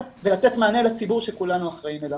ואני מודה לוועדה על הדיון המאוד מאוד חשוב הזה.